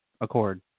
accord